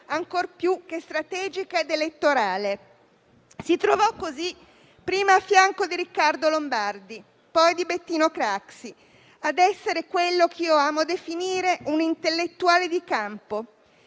ancor più che strategica ed elettorale. Si trovò così, prima a fianco di Riccardo Lombardi, poi di Bettino Craxi, ad essere quello che io amo definire un intellettuale di campo.